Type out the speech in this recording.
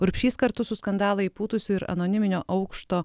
urbšys kartu su skandalą įpūtusiu ir anoniminio aukšto